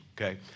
okay